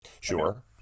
Sure